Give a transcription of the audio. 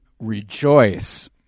rejoice